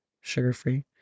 sugar-free